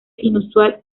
inusual